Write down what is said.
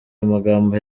amagambo